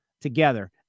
together